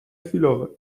chwilowe